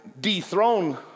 dethrone